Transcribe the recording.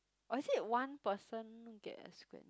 or is it one person get a square